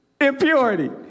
Impurity